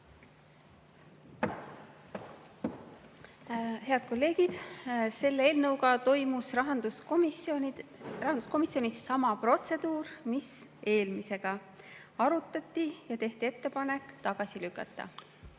Head kolleegid! Selle eelnõuga toimus rahanduskomisjonis sama protseduur, mis eelmisega: arutati ja tehti ettepanek tagasi lükata.